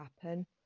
happen